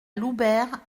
loubert